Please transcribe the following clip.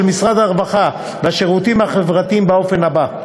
עם משרד הרווחה והשירותים החברתיים באופן הבא: